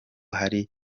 hari